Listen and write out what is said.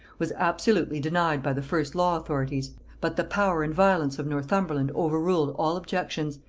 was absolutely denied by the first law authorities but the power and violence of northumberland overruled all objections,